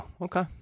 Okay